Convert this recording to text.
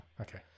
Okay